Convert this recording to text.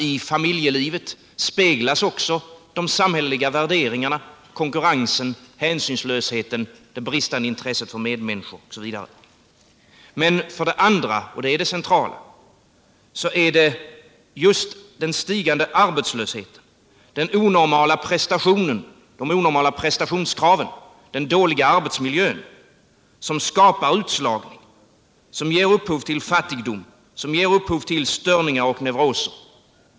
I familjelivet avspeglas också de samhälleliga värderingarna, konkurrensen, hänsynslösheten, det bristande intresset för medmänniskor osv. För det andra — och det är det centrala — är det just den stigande arbetslösheten, de unormala prestationskraven och den dåliga arbetsmiljön som skapar utslagning och som ger upphov till fattigdom, störningar och neuroser.